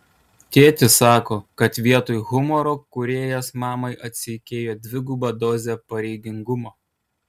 tėtis sako kad vietoj humoro kūrėjas mamai atseikėjo dvigubą dozę pareigingumo